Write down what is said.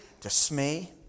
dismay